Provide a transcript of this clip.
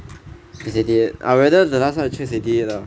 it's eighty eight I remember I check is eighty eight loh